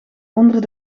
onder